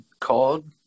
called